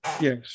Yes